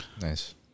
Nice